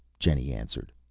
jenny answered.